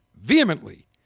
vehemently